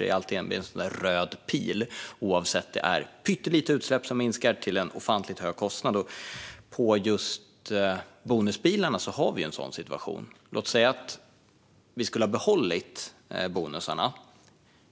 Det blir alltid en sådan där röd pil oavsett om utsläppen minskas pyttelite till ofantligt hög kostnad. När det gäller bonusbilarna har vi en sådan situation. Låt oss säga att vi skulle ha behållit bonusarna